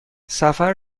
سفر